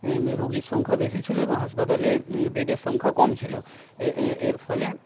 রোগীর সংখ্যা বেশি ছিল এবং হাসপাতালে বেডের সংখ্যা কম ছিল এর ফলে